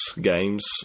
games